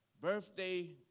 birthday